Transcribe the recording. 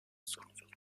sorunsuz